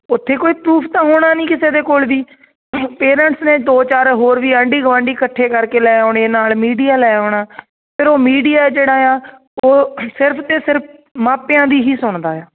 ਉੱਥੇ ਕੋਈ ਪਰੂਫ ਤਾਂ ਹੋਣਾ ਨਹੀਂ ਕਿਸੇ ਦੇ ਕੋਲ ਵੀ ਪੇਰੈਂਟਸ ਨੇ ਦੋ ਚਾਰ ਹੋਰ ਵੀ ਆਂਢੀ ਗੁਆਂਢੀ ਇਕੱਠੇ ਕਰਕੇ ਲੈ ਆਉਣੇ ਨਾਲ ਮੀਡੀਆ ਲੈ ਆਉਣਾ ਫਿਰ ਉਹ ਮੀਡੀਆ ਜਿਹੜਾ ਆ ਉਹ ਸਿਰਫ ਤੋਂ ਸਿਰਫ ਮਾਪਿਆਂ ਦੀ ਹੀ ਸੁਣਦਾ ਆ